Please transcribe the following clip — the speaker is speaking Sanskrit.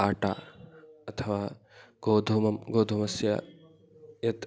आट अथवा गोधूमं गोधूमस्य यत्